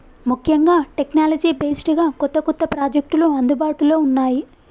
ముఖ్యంగా technology based గా కొత్త కొత్త ప్రాజెక్టులు అందుబాటులో ఉన్నాయి